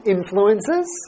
Influences